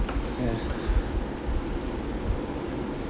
ya